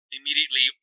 Immediately